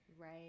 right